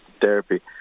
therapy